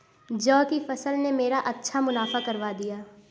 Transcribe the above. जौ की फसल ने मेरा अच्छा मुनाफा करवा दिया